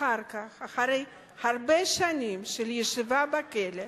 אחר כך, אחרי הרבה שנים של ישיבה בכלא,